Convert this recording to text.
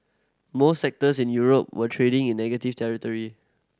most sectors in Europe were trading in negative territory